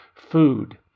Food